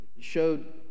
showed